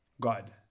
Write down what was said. god